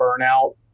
burnout